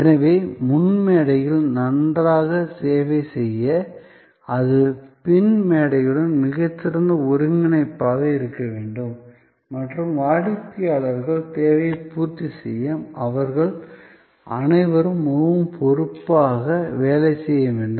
எனவே முன் மேடையில் நன்றாக சேவை செய்ய அது பின் மேடையுடன் மிகச்சிறந்த ஒருங்கிணைப்பாக இருக்க வேண்டும் மற்றும் வாடிக்கையாளர்களின் தேவையை பூர்த்தி செய்ய அவர்கள் அனைவரும் மிகவும் பொறுப்பாக வேலை செய்ய வேண்டும்